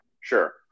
Sure